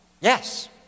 yes